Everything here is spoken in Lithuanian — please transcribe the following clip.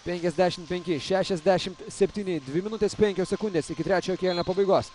penkiasdešim penki šešiasdešim septyni dvi minutės penkios sekundės iki trečiojo kėlinio pabaigos